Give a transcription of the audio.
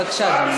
בבקשה.